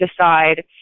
Decide